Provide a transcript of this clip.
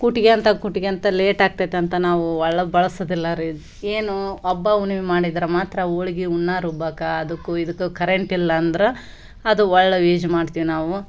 ಕುಟ್ಗೋತ ಕುಟ್ಗೋತ ಲೇಟ್ ಆಗ್ತದೆ ಅಂತ ನಾವು ಒಳ್ಳ ಬಳಸೋದಿಲ್ಲರಿ ಏನು ಹಬ್ಬ ಹುಣ್ಣಿಮೆ ಮಾಡಿದ್ರೆ ಮಾತ್ರ ಹೋಳಿಗೆ ಹೂರ್ಣ ರುಬ್ಬೋಕೆ ಅದಕ್ಕು ಇದಕ್ಕು ಕರೆಂಟ್ ಇಲ್ಲ ಅಂದ್ರೆ ಅದು ಒಳ್ಳೆ ವೀಜ್ ಮಾಡ್ತೀವಿ ನಾವು